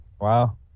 wow